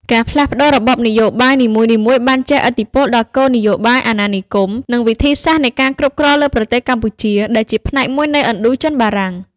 ការផ្លាស់ប្ដូររបបនយោបាយនីមួយៗបានជះឥទ្ធិពលដល់គោលនយោបាយអាណានិគម និងវិធីសាស្រ្តនៃការគ្រប់គ្រងលើប្រទេសកម្ពុជា ដែលជាផ្នែកមួយនៃឥណ្ឌូចិនបារាំង។